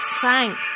Thank